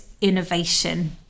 innovation